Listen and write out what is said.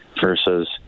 versus